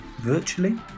virtually